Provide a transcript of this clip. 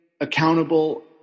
accountable